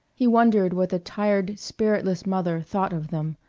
he wondered what the tired, spiritless mother thought of them,